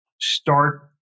Start